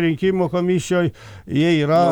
rinkimų komisijoj jie yra